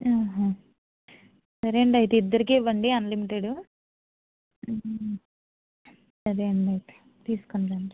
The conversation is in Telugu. సరే అండి అయితే ఇద్దరికి ఇవ్వండి అన్లిమిటెడు సరే అండి అయితే తీసుకుని రండి